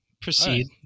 proceed